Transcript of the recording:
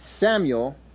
Samuel